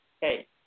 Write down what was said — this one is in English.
Hey